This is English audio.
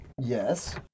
Yes